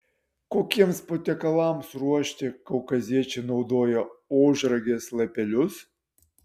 kokiems patiekalams ruošti kaukaziečiai naudoja ožragės lapelius